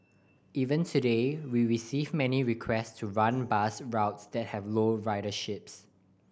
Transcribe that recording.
even today we receive many requests to run bus routes that have low riderships